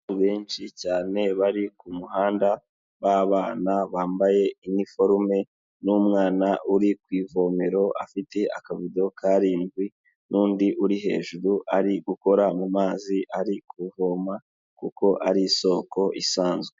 Abantu benshi cyane bari ku muhanda ba bana bambaye iforume, n'umwana uri ku ivomero afite akavido karindwi, n'undi uri hejuru ari gukora mu mazi ari kuvoma kuko ari isoko isanzwe.